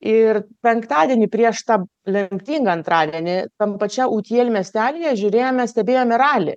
ir penktadienį prieš tą lemtingą antradienį tam pačiam utiel miestely žiūrėjome stebėjome ralį